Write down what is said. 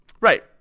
Right